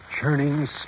churning